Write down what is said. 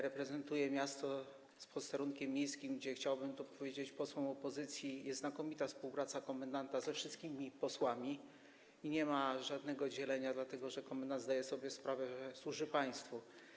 Reprezentuję miasto z posterunkiem miejskim, gdzie - chciałbym to powiedzieć posłom opozycji - jest znakomita współpraca komendanta ze wszystkimi posłami i nie ma żadnego dzielenia, dlatego że komendant zdaje sobie sprawę z tego, że służy państwu.